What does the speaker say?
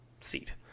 seat